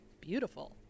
Beautiful